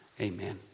amen